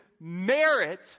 merit